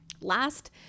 Last